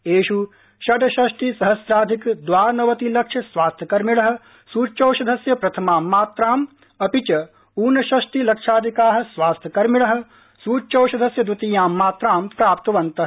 एष् षड़षष्टि सहस्राधिक द्वानवति लक्ष स्वास्थ्यकर्मिणः सुच्यौषधस्य प्रथमा मात्राम अपि च ऊनषष्टि लक्षाधिकाः स्वास्थ्य कर्मिणः सूच्यौषधस्य द्वितीयां मात्रां प्राप्तवन्तः